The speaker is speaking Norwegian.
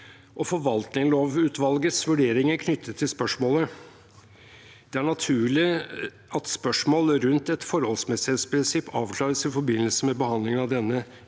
og forvaltningslovutvalgets vurderinger knyttet til spørsmålet: «Det er naturlig at spørsmål rundt et forholdsmessighetsprinsipp avklares i forbindelse med behandlingen av denne